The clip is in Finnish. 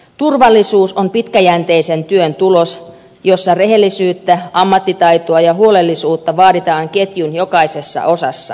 turvallisuus on tulos pitkäjänteisestä työstä jossa rehellisyyttä ammattitaitoa ja huolellisuutta vaaditaan ketjun jokaisessa osassa